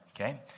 Okay